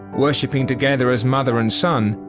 worshipping together as mother and son,